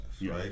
right